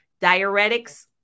Diuretics